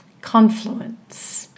confluence